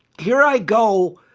here i go